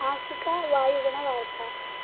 मासिका वायुगुणवार्ता